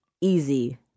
easy